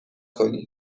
کنی